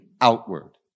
outward